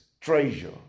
treasure